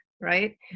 right